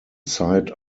site